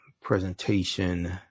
presentation